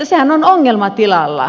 sehän on ongelma tilalla